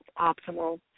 optimal